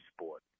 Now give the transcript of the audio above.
sport